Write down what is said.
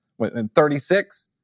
36